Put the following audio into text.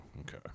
Okay